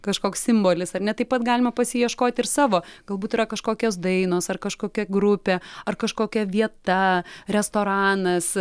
kažkoks simbolis ar ne taip pat galima pasiieškoti ir savo galbūt yra kažkokios dainos ar kažkokia grupė ar kažkokia vieta restoranas